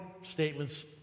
statements